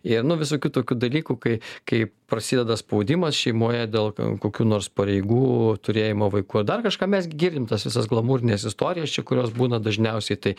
ir nu visokių tokių dalykų kai kai prasideda spaudimas šeimoje dėl kokių nors pareigų turėjimo vaikų ar dar kažką mes girdim tas visas glamūrines istorijas čia kurios būna dažniausiai tai